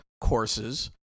courses